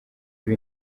ibi